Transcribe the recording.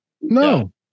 No